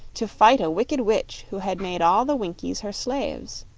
to fight a wicked witch who had made all the winkies her slaves.